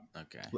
okay